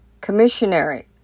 commissionary